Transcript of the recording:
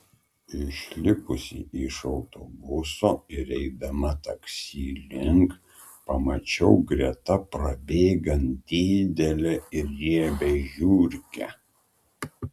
išlipusi iš autobuso ir eidama taksi link pamačiau greta prabėgant didelę ir riebią žiurkę